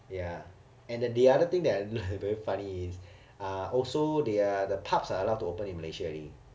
ya and the other thing that very funny is ah also their the pubs are allowed to open in malaysia already